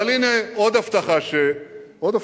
אבל הנה, עוד הבטחה שקיימנו: